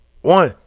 One